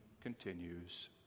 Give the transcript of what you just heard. continues